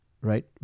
right